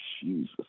Jesus